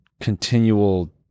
continual